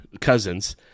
cousins